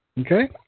Okay